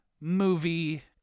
movie